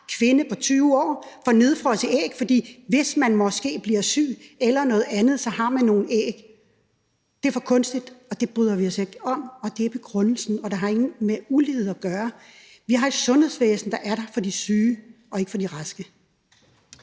kvinde på 20 år får nedfrosset æg, fordi man så, hvis man måske bliver syg eller noget andet, har nogle æg. Det er for kunstigt, og det bryder vi os ikke om, og det er begrundelsen. Det har ikke noget med ulighed at gøre. Vi har et sundhedsvæsen, der er der for de syge – og ikke for de raske.